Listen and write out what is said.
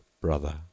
Brother